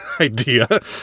idea